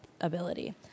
ability